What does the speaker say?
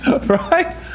Right